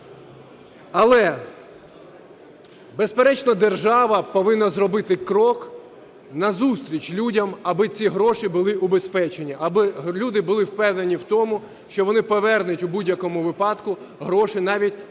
Але, безперечно, держава повинна зробити крок назустріч людям, аби ці гроші були убезпечені, аби люди були впевнені в тому, що вони повернуть в будь-якому випадку гроші, навіть у